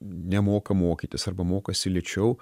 nemoka mokytis arba mokosi lėčiau